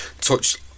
touch